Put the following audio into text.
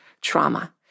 trauma